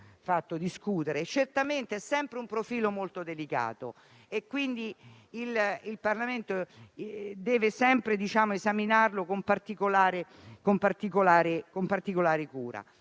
molto discutere. Certamente si tratta sempre di un profilo molto delicato e quindi il Parlamento deve sempre esaminarlo con particolare cura.